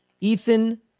Ethan